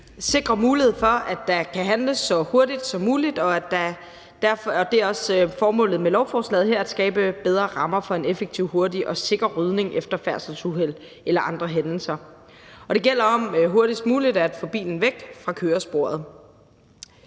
sikrer mulighed for, at der kan handles så hurtigt som muligt, og det er også formålet med lovforslaget her at skabe bedre rammer for en effektiv, hurtig og sikker rydning efter færdselsuheld eller andre hændelser. Det gælder om hurtigst muligt at få bilen væk fra køresporet.